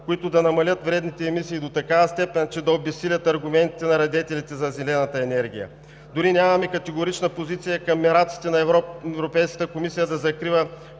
които да намалят вредните емисии до такава степен, че да обезсилят аргументите на радетелите за зелената енергия. Дори нямаме категорична позиция към мераците на Европейската комисия за закрила